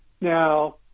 Now